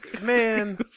Man